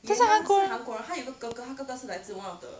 他是韩国人